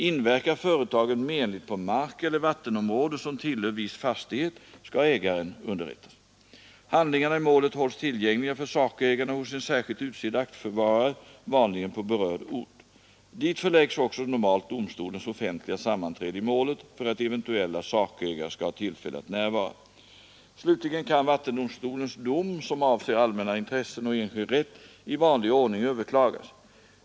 Inverkar företaget menligt på mark eller vattenområde, som tillhör viss fastighet, berörd ort. Dit förläggs också normalt domstolens offentliga sammanträde i målet, för att eventuella sakägare skall ha tillfälle att närvara. Slutligen kan vattendomstolens dom, som avser allmänna intressen och enskild rätt, i vanlig ordning överklagas.